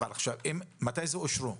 מתי הם אושרו?